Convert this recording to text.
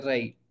Right